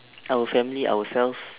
our family ourselves